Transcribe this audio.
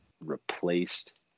replaced